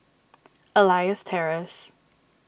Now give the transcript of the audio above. Elias Terrace